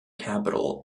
capital